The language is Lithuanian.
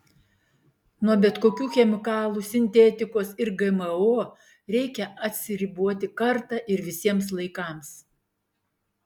nuo bet kokių chemikalų sintetikos ir gmo reikia atsiriboti kartą ir visiems laikams